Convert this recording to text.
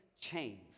chains